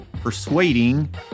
persuading